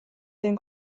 den